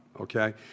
okay